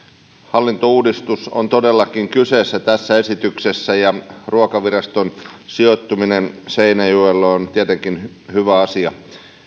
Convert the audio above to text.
hallintouudistus on todellakin kyseessä tässä esityksessä ja ruokaviraston sijoittuminen seinäjoelle on tietenkin hyvä asia